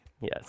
Yes